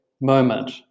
moment